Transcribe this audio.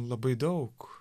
labai daug